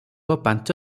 ପାଞ୍ଚ